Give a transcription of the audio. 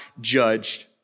judged